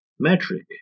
metric